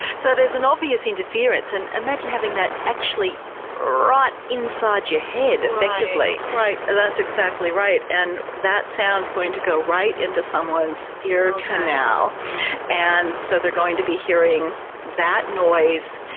so there's an obvious interference, and imagine having that actually right inside your head, effectively. that's exactly right, and that sound's going to go right into someone's ear canal and so they're going to be hearing that noise,